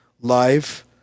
live